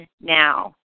now